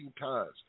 times